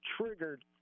triggered